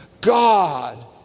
God